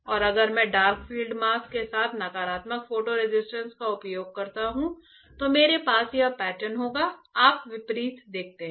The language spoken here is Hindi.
और अगर मैं डार्क फील्ड मास्क के साथ नकारात्मक फोटो रेसिस्ट का उपयोग करता हूं तो मेरे पास यह पैटर्न होगा आप विपरीत देखते हैं